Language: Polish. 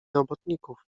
robotników